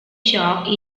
ciò